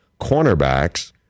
cornerbacks